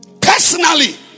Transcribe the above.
Personally